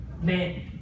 men